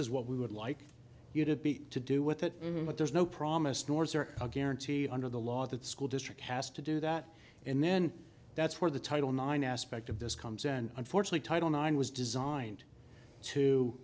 is what we would like you to be to do with that but there's no promise north or a guarantee under the law that the school district has to do that and then that's where the title nine aspect of this comes and unfortunately title nine was designed to